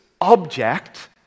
object